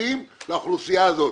המכרזים לאוכלוסייה הזאת.